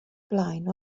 blaen